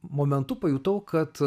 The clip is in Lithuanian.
momentu pajutau kad